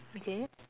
okay